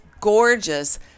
gorgeous